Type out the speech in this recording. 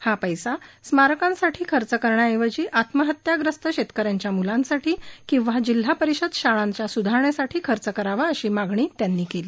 हा पैसा स्मारकांसाठी खर्च करण्याऐवजी आत्महत्याग्रस्त शेतकऱ्यांच्या मुलांसाठी किंवा जिल्हा परिषद शाळांच्या स्धारणेसाठी खर्च करावा अशी मागणी त्यांनी केली